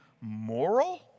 moral